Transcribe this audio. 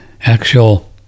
actual